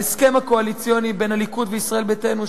ההסכם הקואליציוני בין הליכוד לישראל ביתנו,